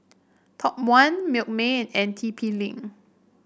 Top One Milkmaid and T P Link